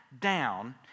down